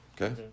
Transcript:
Okay